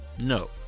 no